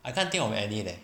I can't think of any leh